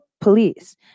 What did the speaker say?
Police